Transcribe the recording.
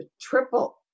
triple